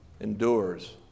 endures